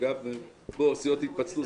וגם הסיעות התפצלו.